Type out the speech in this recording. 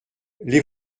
les